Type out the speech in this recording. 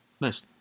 Nice